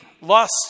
lust